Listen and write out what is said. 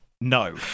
no